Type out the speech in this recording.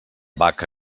vaca